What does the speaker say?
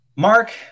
Mark